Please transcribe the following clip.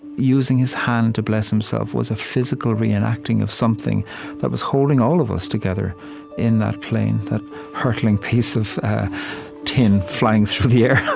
using his hand to bless himself was a physical reenacting of something that was holding all of us together in that plane, that hurtling piece of tin, flying through the air.